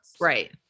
Right